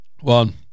one